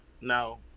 Now